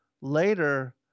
later